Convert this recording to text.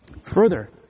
Further